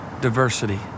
diversity